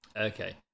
Okay